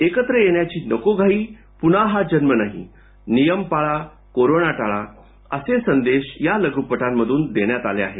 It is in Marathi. एकत्र येण्याची नको घाईपून्हा हा जन्म नाही नियम पाळाकोरोना टाळा असे संदेश या लघ्पटांमधून देण्यात आले आहेत